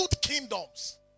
kingdoms